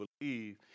believe